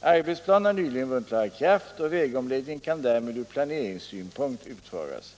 Arbetsplanen har nyligen vunnit laga kraft och vägomläggningen kan därmed från planeringssynpunkt utföras.